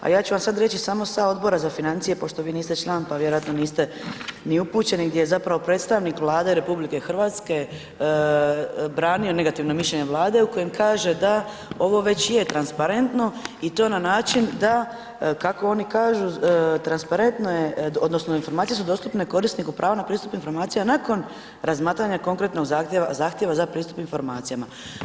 A ja ću vam sad reći samo sa Odbora za financije pošto vi niste član, pa vjerojatno niste ni upućeni gdje je zapravo predstavnik Vlade RH branio negativno mišljenje Vlade u kojem kaže da ovo već je transparentno i to na način da, kako oni kažu, transparentno je odnosno informacije su dostupne korisniku prava na pristup informacija nakon razmatranja konkretnog zahtjeva za pristup informacijama.